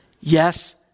yes